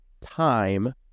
time